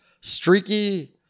streaky